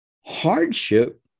hardship